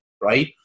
right